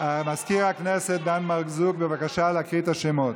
מזכיר הכנסת דן מרזוק, בבקשה להקריא את השמות.